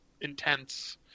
Intense